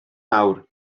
mawr